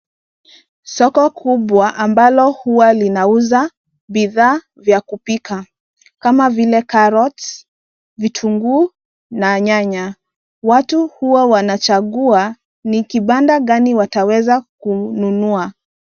Soko kubwa ambalo huwa linauza bidhaa vya kupika kama vile carrots , vitunguu na nyanya. Watu huwa wanachagua ni kibanda gani wataweza kununua.